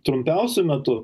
trumpiausiu metu